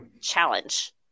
challenge